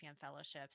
fellowships